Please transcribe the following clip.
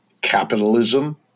capitalism